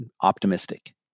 optimistic